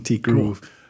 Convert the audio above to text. groove